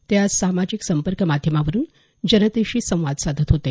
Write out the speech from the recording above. ते आज सामाजिक संपर्क माध्यमावरून जनतेशी संवाद साधत होते